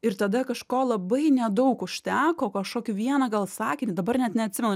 ir tada kažko labai nedaug užteko kažkokio vieną gal sakinį dabar net neatsimenu